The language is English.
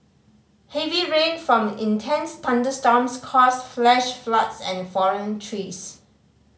heavy rain from intense thunderstorms caused flash floods and fallen trees